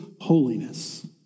holiness